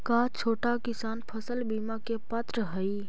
का छोटा किसान फसल बीमा के पात्र हई?